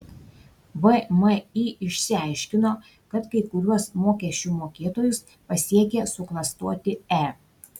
vmi išsiaiškino kad kai kuriuos mokesčių mokėtojus pasiekė suklastoti e